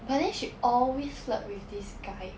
but then she always flirt with this guy